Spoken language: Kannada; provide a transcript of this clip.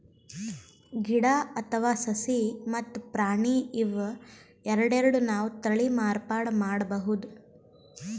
ಗಿಡ ಅಥವಾ ಸಸಿ ಮತ್ತ್ ಪ್ರಾಣಿ ಇವ್ ಎರಡೆರಡು ನಾವ್ ತಳಿ ಮಾರ್ಪಾಡ್ ಮಾಡಬಹುದ್